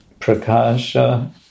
prakasha